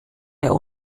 der